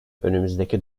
önümüzdeki